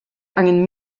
angen